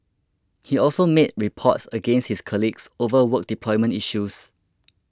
he also made reports against his colleagues over work deployment issues